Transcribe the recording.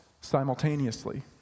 simultaneously